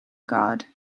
god